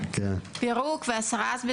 אני רק רוצה להבהיר,